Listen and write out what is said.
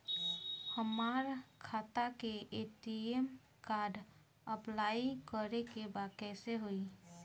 हमार खाता के ए.टी.एम कार्ड अप्लाई करे के बा कैसे होई?